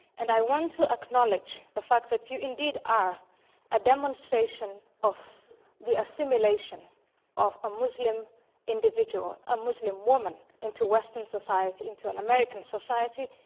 and i want to acknowledge the fact that you indeed are a demonstration of the assimilation of a muslim individual, a muslim woman into western society, into an american society.